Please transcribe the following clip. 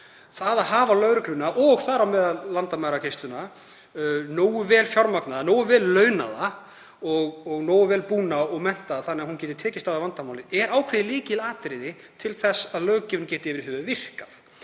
hóp. Að hafa lögregluna, og þar á meðal landamæragæsluna, nógu vel fjármagnaða, nógu vel launaða og nógu vel búna og menntaða þannig að hún geti tekist á við vandamálið er ákveðið lykilatriði til þess að löggjöfin geti yfir höfuð virkað.